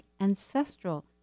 Ancestral